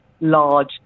large